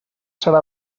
serà